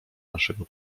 naszego